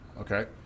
Okay